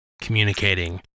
communicating